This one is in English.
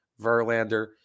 Verlander